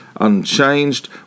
unchanged